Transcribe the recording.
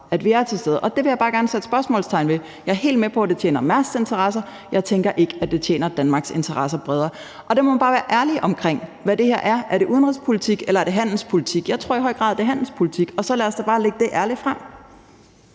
at vi er til stede. Og det vil jeg bare gerne sætte spørgsmålstegn ved. Jeg er helt med på, at det tjener Mærsks interesser – jeg tænker ikke, at det tjener Danmarks interesser bredere. Og der må man bare være ærlig omkring, hvad det her er. Er det udenrigspolitik, eller er det handelspolitik? Jeg tror i høj grad, det er handelspolitik, og så lad os da bare lægge det ærligt frem.